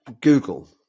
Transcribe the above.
Google